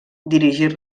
dirigir